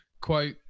Quote